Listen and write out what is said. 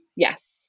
Yes